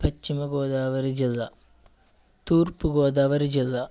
పశ్చిమ గోదావరి జిల్లా తూర్పు గోదావరి జిల్లా